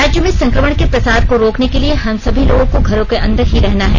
राज्य में संक्रमण के प्रसार को रोकने के लिए हम सभी लोगों को घरों के अंदर में ही रहना है